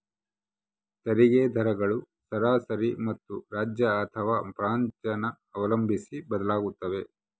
ತೆರಿಗೆ ದರಗಳು ಸರಾಸರಿ ಮತ್ತು ರಾಜ್ಯ ಅಥವಾ ಪ್ರಾಂತ್ಯನ ಅವಲಂಬಿಸಿ ಬದಲಾಗುತ್ತವೆ